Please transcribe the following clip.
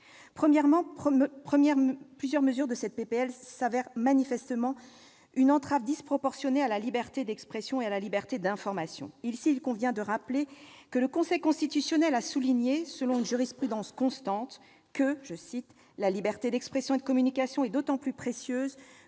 s'avèrent constituer une entrave manifeste et disproportionnée à la liberté d'expression et à la liberté d'information. Il convient de rappeler ici que le Conseil constitutionnel a souligné, selon une jurisprudence constante, que « la liberté d'expression et de communication est d'autant plus précieuse